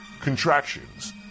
contractions